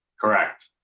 Correct